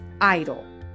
idol